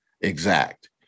exact